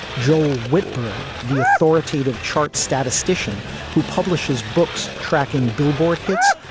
joel whitburn, the authoritative chart statistician who publishes books tracking billboard hits,